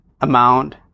amount